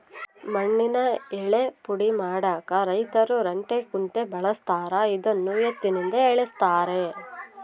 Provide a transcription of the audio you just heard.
ಮಣ್ಣಿನ ಯಳ್ಳೇ ಪುಡಿ ಮಾಡಾಕ ರೈತರು ರಂಟೆ ಕುಂಟೆ ಬಳಸ್ತಾರ ಇದನ್ನು ಎತ್ತಿನಿಂದ ಎಳೆಸ್ತಾರೆ